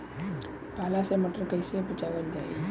पाला से मटर कईसे बचावल जाई?